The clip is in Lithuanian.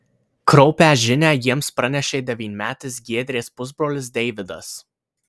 kraupią žinią jiems pranešė devynmetis giedrės pusbrolis deividas